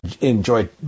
enjoy